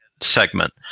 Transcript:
segment